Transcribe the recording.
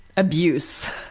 abuse.